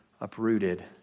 uprooted